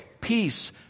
peace